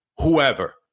whoever